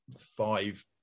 five